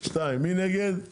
שניים, מי נגד?